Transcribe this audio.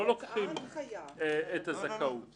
לא לוקחים את הזכאות.